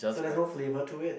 so there's no flavour to it